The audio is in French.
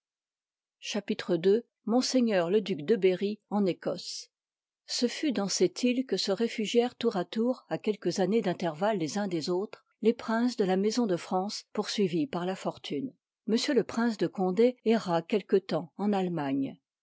chapitre ii m le duc de berrj en ecosse ce fut dans cette île que se réfugièrent tour à tour à quelques années d'intervalle les uns des autres les princes de la maison de france poursuivis par la fortune m le prince de condé erra quelque temps en allemagne